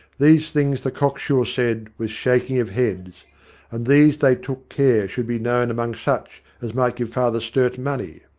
these things the cocksure said, with shaking of heads and these they took care should be known among such as might give father sturt money.